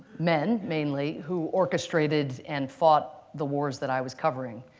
men, mainly, who orchestrated and fought the wars that i was covering.